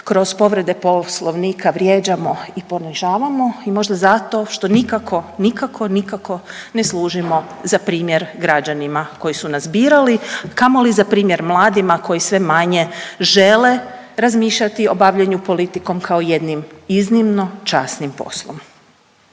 kroz povrede Poslovnika vrijeđamo i ponižavamo i možda zato što nikako, nikako, nikako ne služimo za primjer građanima koji su nas birali, a kamoli za primjer mladima koji sve manje žele razmišljati o bavljenju politikom kao jednim iznimno časnim poslom.